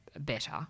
better